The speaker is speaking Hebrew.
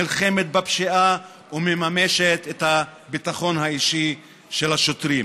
נלחמת בפשיעה ומממשת את הביטחון האישי של השוטרים.